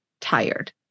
tired